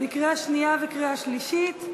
לקריאה שנייה ולקריאה שלישית.